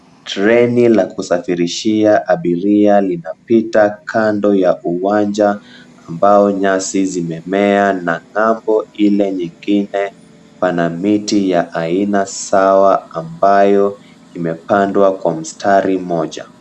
Treni la kusafirishia abiria linapita kando ya uwanja ambao nyasi zimemea na ng'ambo ile nyingine pana miti ya aina sawa ambayo imepandwa kwa mstari moja.